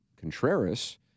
Contreras